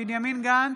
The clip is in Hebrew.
בנימין גנץ,